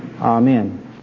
Amen